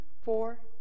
four